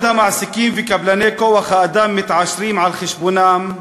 בעוד המעסיקים וקבלני כוח-האדם מתעשרים על חשבונם,